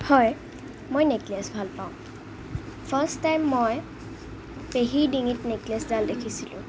হয় মই নেকলেছ ভালপাওঁ ফাৰ্ষ্ট টাইম মই পেহীৰ ডিঙিত নেকলেছডাল দেখিছিলোঁ